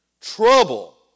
Trouble